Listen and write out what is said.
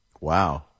Wow